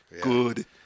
good